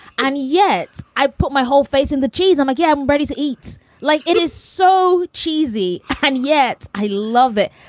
and yet i put my whole face in the cheese on getting like yeah ready to eat like it is so cheesy. and yet i love it.